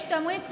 יש תמריץ,